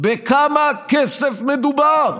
בכמה כסף מדובר?